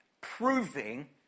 proving